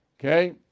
Okay